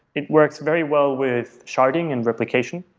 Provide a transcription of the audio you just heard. it works very well with sharding and replication,